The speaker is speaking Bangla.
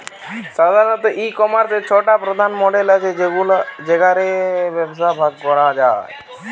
সাধারণত, ই কমার্সের ছটা প্রধান মডেল আছে যেগা রে ব্যবসাকে ভাগ করা যায়